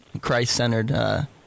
Christ-centered